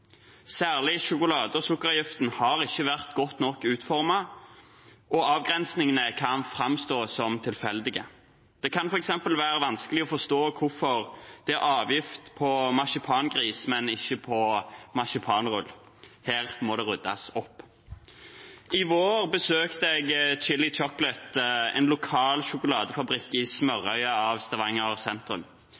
Særlig sjokolade- og sukkeravgiften har ikke vært godt nok utformet, og avgrensningene kan framstå som tilfeldige. Det kan f.eks. være vanskelig å forstå hvorfor det er avgift på marsipangris, men ikke på marsipanrull. Her må det ryddes opp. I vår besøkte jeg Chili Chocolate, en lokal sjokoladefabrikk i smørøyet av Stavanger sentrum.